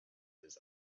his